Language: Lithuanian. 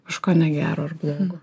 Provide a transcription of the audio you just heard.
kažką negero ar blogo